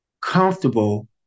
comfortable